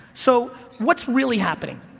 so, what's really happening?